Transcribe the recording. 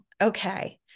Okay